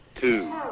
two